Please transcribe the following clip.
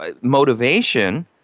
motivation –